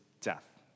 death